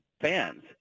fans